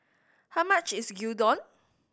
how much is Gyudon